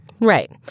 Right